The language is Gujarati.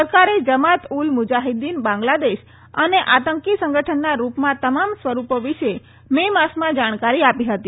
સરકારે જમાત ઉલ મુજાહીદીન બાંગ્લાદેશ અને અને આતંકી સંગઠનના રૂપમાં તમામ સ્વરૂપો વિશે મે માસમાં જાણકારી આપી હતી